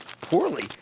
poorly